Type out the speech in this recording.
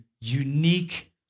unique